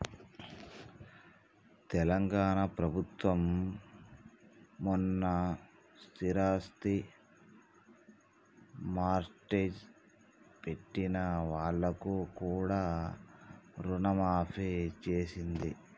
తెలంగాణ ప్రభుత్వం మొన్న స్థిరాస్తి మార్ట్గేజ్ పెట్టిన వాళ్లకు కూడా రుణమాఫీ చేసింది